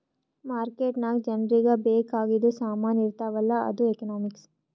market ನಾಗ್ ಜನರಿಗ ಬೇಕ್ ಆಗಿದು ಸಾಮಾನ್ ಇರ್ತಾವ ಅಲ್ಲ ಅದು ಎಕನಾಮಿಕ್ಸ್